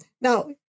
now